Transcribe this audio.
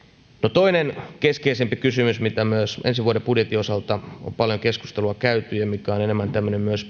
toinen keskeisempi kysymys mistä myös ensi vuoden budjetin osalta on paljon keskustelua käyty ja mikä on enemmän tämmöinen myös